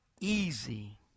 easy